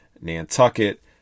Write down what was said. Nantucket